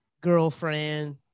girlfriend